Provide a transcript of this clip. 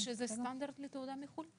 יש איזה סטנדרט לתעודה מחוץ לארץ?